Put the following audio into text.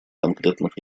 конкретных